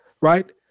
Right